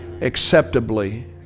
acceptably